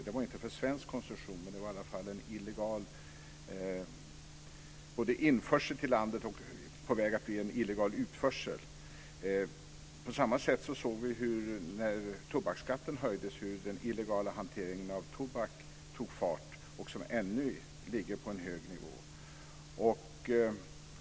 Spriten var inte avsedd för svensk konsumtion, men det var i alla fall fråga om illegal införsel till landet och höll också på att bli en illegal utförsel. På samma sätt såg vi när tobaksskatten höjdes hur den illegala hanteringen av tobak tog fart, och den ligger ännu på en hög nivå.